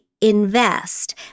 invest